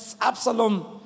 Absalom